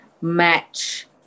match